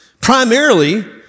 primarily